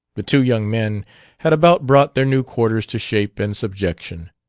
the two young men had about brought their new quarters to shape and subjection.